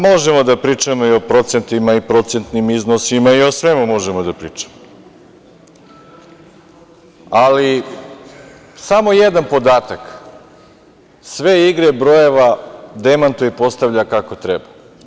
Možemo da pričamo i o procentima i procentnim iznosima i o svemu možemo da pričamo, ali samo jedan podatak sve igre brojeva demantuje i postavlja kako treba.